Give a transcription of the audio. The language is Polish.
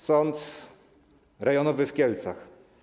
Sąd Rejonowy w Kielcach.